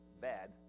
bad